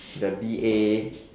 the B_A